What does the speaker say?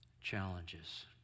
challenges